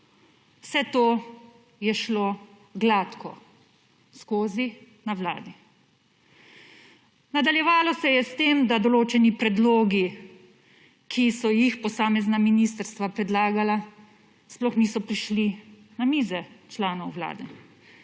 Vse to je šlo gladko skozi na Vladi. Nadaljevalo se je s tem, da določeni predlogi, ki so jih posamezna ministrstva predlagala, sploh niso prišli na mize članov Vlade.